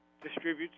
distributes